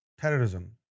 terrorism